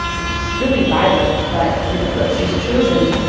it's really violent, but in the clips she's chosen,